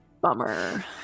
Bummer